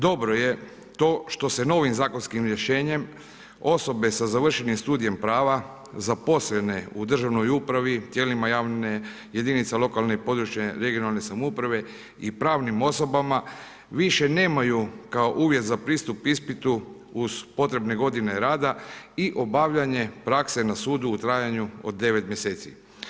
Dobro je to što se novim zakonskim rješenjem osobe sa završenim studijem prava zaposlene u državnoj upravi, tijelima jedinica lokalne i područne (regionalne samouprave) i pravnim osobama, više nemaju kao uvjet za pristup ispitu uz potrebne godine rada i obavljanje prakse na sudu u trajanju od 9 mj.